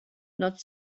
not